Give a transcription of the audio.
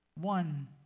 one